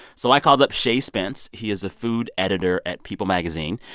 so i called up shay spence. he is a food editor at people magazine.